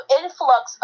influx